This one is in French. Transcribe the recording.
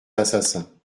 assassins